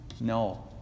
No